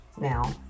now